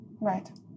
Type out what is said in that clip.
Right